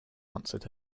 answered